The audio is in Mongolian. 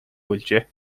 болжээ